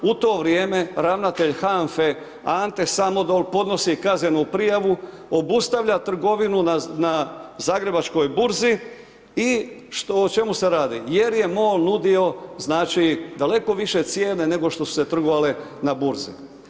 U to vrijeme ravnatelj HANFA-e Ante Samodol podnosi kaznenu prijavu, obustavlja trgovinu na zagrebačkoj burzi i o čemu se radi, jer je MOL nudio daleko više cijene nego što su se trgovale na burzi.